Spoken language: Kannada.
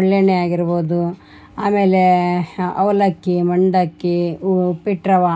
ಎಳ್ಳೆಣ್ಣೆ ಆಗಿರ್ಬೋದು ಆಮೇಲೆ ಅವಲಕ್ಕಿ ಮಂಡಕ್ಕಿ ಉಪ್ಪಿಟ್ಟು ರವೆ